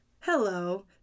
Hello